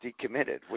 decommitted